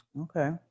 Okay